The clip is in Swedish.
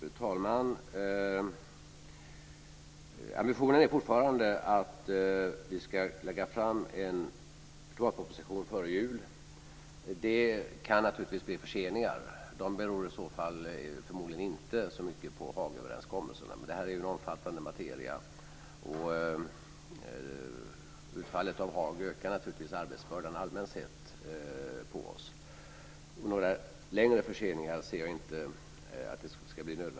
Fru talman! Ambitionen är fortfarande att vi ska lägga fram en klimatproposition före jul. Det kan naturligtvis bli förseningar, och de beror i så fall förmodligen inte så mycket på Haagöverläggningarna. Det är en omfattande materia, och utfallet av Haagöverläggningarna ökar naturligtvis arbetsbördan på oss allmänt sett. Några längre förseningar tror jag inte ska bli nödvändiga.